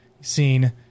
Seen